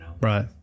Right